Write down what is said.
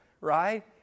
right